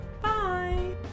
Bye